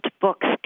books